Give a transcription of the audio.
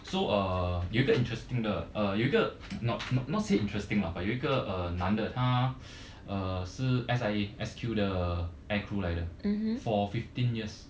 so uh 有一个 interesting the uh 有一个 not not not say interesting lah but 有一个 uh 男的他是 S_I_A S_Q 的 aircrew 来的 for fifteen years